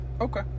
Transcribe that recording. Okay